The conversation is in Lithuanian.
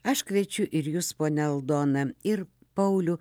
aš kviečiu ir jus ponia aldona ir paulių